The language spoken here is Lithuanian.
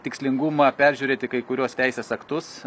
tikslingumą peržiūrėti kai kuriuos teisės aktus